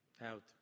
out